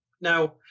Now